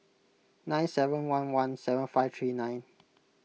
nine seven one one seven five three nine